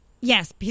Yes